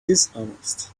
dishonest